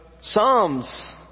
Psalms